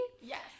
Yes